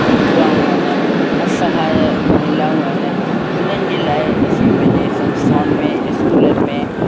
विधवाऊं आहिनि असहाय महिलाऊं आहिनि उन्हनि जे लाइ असीं पंहिंजे संस्थाउनि में स्कूलनि में